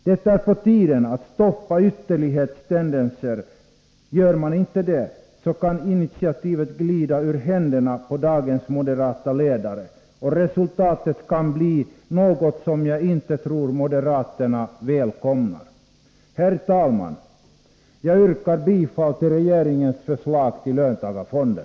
Det är på tiden att stoppa ytterlighetstendenser. Gör man inte det, kan initiativet glida ur händerna på dagens moderata ledare, och resultatet kan bli något som jag inte tror moderaterna välkomnar. Herr talman! Jag yrkar bifall till regeringens förslag till löntagarfonder.